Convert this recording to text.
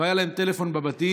לא היה להם טלפון בבתים,